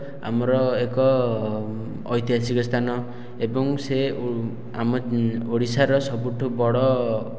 ଆମର ଏକ ଐତିହାସିକ ସ୍ଥାନ ଏବଂ ସେ ଆମ ଓଡ଼ିଶାର ସବୁଠୁ ବଡ଼